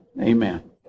amen